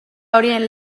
horien